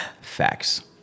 facts